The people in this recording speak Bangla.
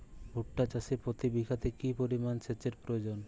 ভুট্টা চাষে প্রতি বিঘাতে কি পরিমান সেচের প্রয়োজন?